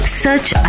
search